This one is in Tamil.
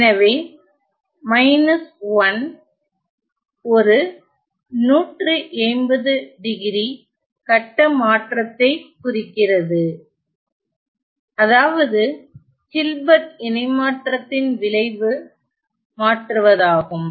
எனவே 1 ஒரு 180 டிகிரி கட்ட மாற்றத்தை குறிக்கிறது அதாவது ஹில்பர்ட் இணைமாற்றத்தின் விளைவு மாற்றுவதாகும்